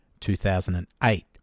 2008